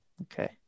Okay